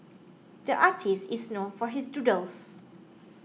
the artist is known for his doodles